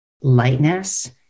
lightness